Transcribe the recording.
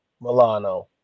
Milano